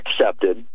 accepted